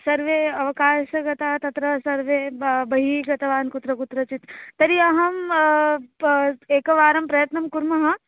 सर्वे अवकाशगता तत्र सर्वे बा बहिः गतवान् कुत्र कुत्रचित् तर्हि अहं पा एकवारं प्रयत्नं कुर्मः